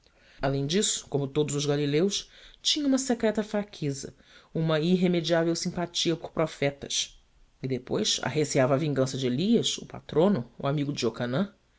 além disso como todos os galileus tinha uma secreta fraqueza uma irremediável simpatia por profetas e depois arreceava a vingança de elias o patrono o amigo de iocanã